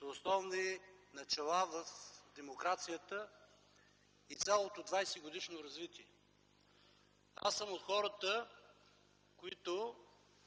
на основни начала в демокрацията и цялото 20-годишно развитие. Аз съм от хората, които